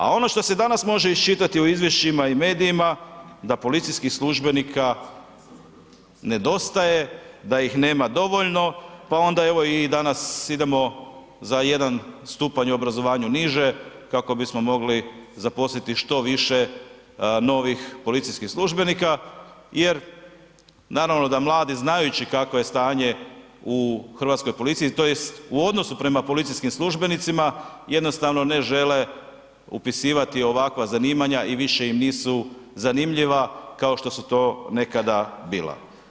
A ono što se danas može isčitati u izvješćima i medijima da policijskih službenika nedostaje, da ih nema dovoljno, pa onda evo i danas idemo za jedan stupanj u obrazovanju niže kako bismo mogli zaposliti što više novih policijskih službenika jer, naravno da mladi znajući kakvo je stanje u hrvatskoj policiji tj. u odnosu prema policijskim službenicima jednostavno ne žele upisivati ovakva zanimanja i više im nisu zanimljiva kao što su to nekada bila.